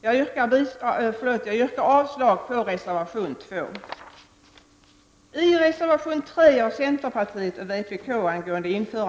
Jag yrkar avslag på reservation 2.